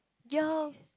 ya